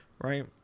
right